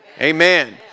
Amen